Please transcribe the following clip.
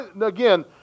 again